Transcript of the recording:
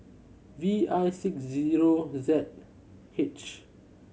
V I six zero Z H